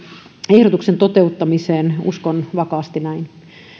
ehdotuksen toteuttamiseen uskon vakaasti näin